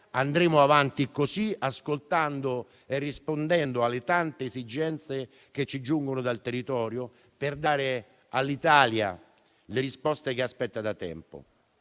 andremo avanti così, ascoltando le tante esigenze che ci giungono dal territorio per dare all'Italia le risposte che aspetta da tempo.